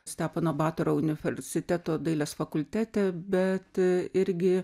stepono batoro universiteto dailės fakultete bet irgi